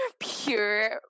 pure